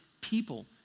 people